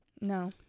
No